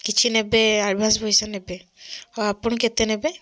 କିଛି ନେବେ ଆଡଭାନ୍ସ ପଇସା ନେବେ ହଉ ଆପଣ କେତେ ନେବେ